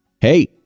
Hey